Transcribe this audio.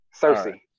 Cersei